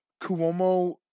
Cuomo